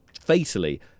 fatally